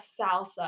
salsa